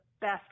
best